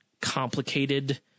complicated